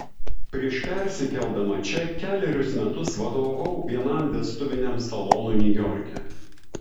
prieš persikeldama čia kelerius metus vadovavau vienam vestuviniam salonui niujorke